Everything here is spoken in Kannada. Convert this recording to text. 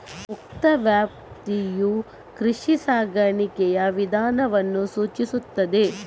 ಮುಕ್ತ ವ್ಯಾಪ್ತಿಯು ಕೃಷಿ ಸಾಕಾಣಿಕೆಯ ವಿಧಾನವನ್ನು ಸೂಚಿಸುತ್ತದೆ